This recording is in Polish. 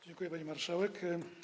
Dziękuję, pani marszałek.